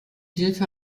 hilfe